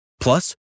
Plus